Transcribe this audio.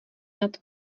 nad